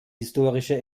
historische